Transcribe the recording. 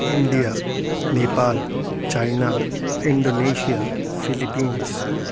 India Nepal China Indonesia Philippines